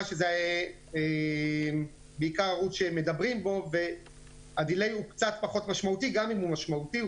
שזה בעיקר ערוץ שמדברים בו והדיליי גם אם הוא משמעותי,